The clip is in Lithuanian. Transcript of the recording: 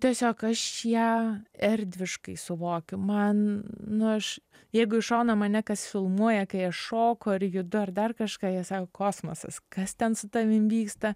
tiesiog aš ją erdviškai suvokiu man nu aš jeigu iš šono mane kas filmuoja kai aš šoku ar judu ar dar kažką jie sako kosmosas kas ten su tavim vyksta